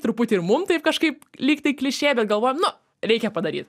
truputį ir mum taip kažkaip lyg tai klišė bet galvojam nu reikia padaryt